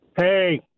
Hey